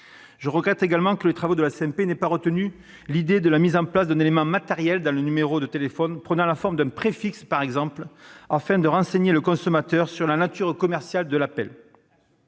Je regrette également que les travaux de la commission mixte paritaire n'aient pas retenu l'idée de la mise en place d'un élément matériel dans le numéro de téléphone, prenant par exemple la forme d'un préfixe, afin de renseigner le consommateur sur la nature commerciale de l'appel.